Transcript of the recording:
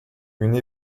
une